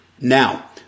Now